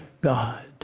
God